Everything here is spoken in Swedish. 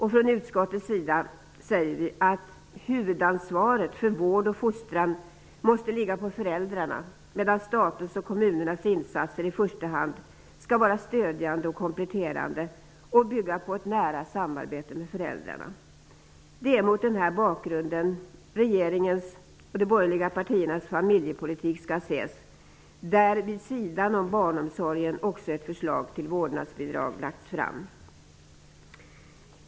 I utskottet säger vi att huvudansvaret för vård och fostran måste ligga på föräldrarna, medan statens och kommunernas insatser i första hand skall vara stödjande och kompletterande samt bygga på ett nära samarbete med föräldrarna. Det är mot denna bakgrund regeringens och de borgerliga partiernas familjepolitik skall ses, där vid sidan om barnomsorgen också ett förslag till vårdnadsbidrag har lagts fram.